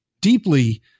deeply